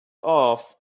off